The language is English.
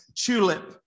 tulip